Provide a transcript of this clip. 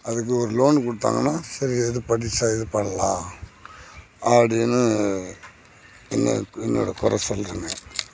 அதுக்கு ஒரு லோனு கொடுத்தாங்கன்னா சரியாக இது படிசா இது பண்ணலாம் அப்படின்னு எனக்கு என்னோடய குற சொல்கிறேங்க